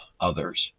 others